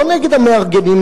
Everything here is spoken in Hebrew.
לא נגד המארגנים,